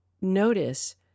notice